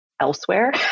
elsewhere